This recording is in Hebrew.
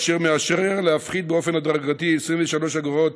אשר מאשרר להפחית באופן הדרגתי 23 אגורות